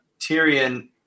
Tyrion